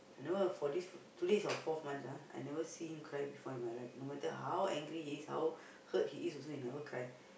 I never for this~ today is our fourth month ah I never see him cry before in my life no matter how angry he is how hurt he is also he never cry